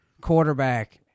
quarterback